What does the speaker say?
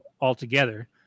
altogether